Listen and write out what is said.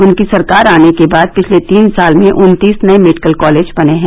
उनकी सरकार आने के बाद पिछले तीन साल में उन्तीस नए मेडिकल कालेज बने हैं